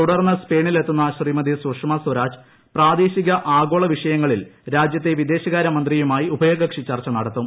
തുടർന്ന് സ്പെയിനിലെത്തുന്ന ശ്രീമതി സുഷമാ സ്വരാജ് പ്രദേശിക ആഗോള വിഷയത്തിൽ രാജ്യത്തെ വിദേശകാര്യ മന്ത്രിയുമായി ഉഭയകക്ഷി ചർച്ച നടത്തും